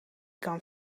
kan